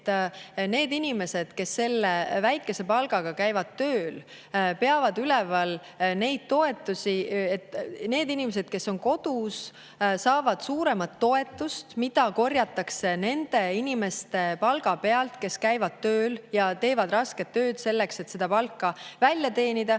need inimesed, kes selle väikese palga eest tööl käivad, peavad üleval neid inimesi, kes on kodus ja saavad suuremat toetust, mida korjatakse nende inimeste palga pealt, kes käivad tööl, kes teevad rasket tööd, selleks et oma palka välja teenida,